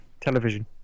television